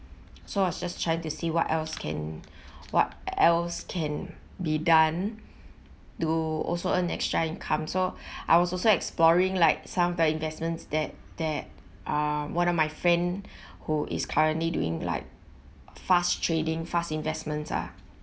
so I was just trying to see what else can what else can be done to also earn extra income so I was also exploring like some of the investments that that uh one of my friend who is currently doing like fast trading fast investments ah